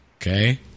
Okay